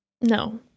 No